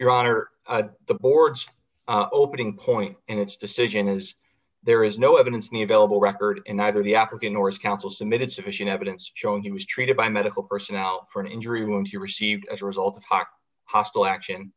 your honor the board's opening point in its decision is there is no evidence me available record in either the african or as counsel submitted sufficient evidence showing he was treated by medical personnel for an injury when he received as a result of hock hostile action